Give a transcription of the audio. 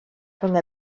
rhwng